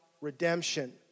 redemption